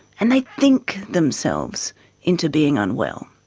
and they think themselves into being unwell.